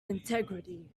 integrity